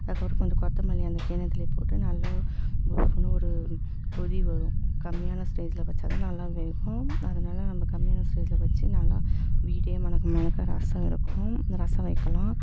அதுக்கு அப்புறம் கொஞ்சம் கொத்தமல்லி அந்த கிண்ணத்திலேயே போட்டு நல்லா புஃபுனு ஒரு கொதி வரும் கம்மியான ஸ்டேஜில் வைச்சா தான் நல்லா வேகும் அதனால் நம்ம கம்மியான ஸ்டேஜில் வைச்சி நல்லா மீடியமான மிளகு ரசம் இருக்கும் இந்த ரசம் வைக்கலாம்